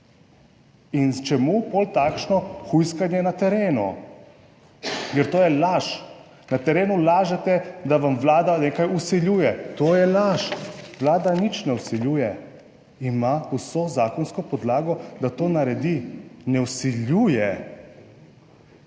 potem takšno hujskanje na terenu, ker to je laž. Na terenu lažete, da vam Vlada nekaj vsiljuje. To je laž. Vlada nič ne vsiljuje, ima vso zakonsko podlago, da to naredi, ne vsiljuje.